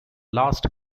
last